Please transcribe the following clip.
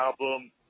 album